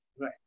Right